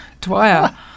Dwyer